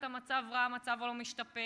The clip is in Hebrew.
אני מבין מסגן השר המקשר בין הממשלה לכנסת,